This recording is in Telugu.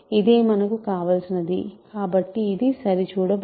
ఇదే మనకు కావలసినది కాబట్టి ఇది సరిచూడబడింది